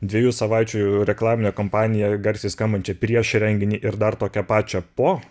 dviejų savaičių reklaminę kampaniją garsiai skambančią prieš renginį ir dar tokią pačią po